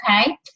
okay